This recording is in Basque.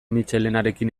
mitxelenarekin